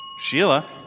Sheila